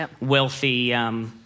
wealthy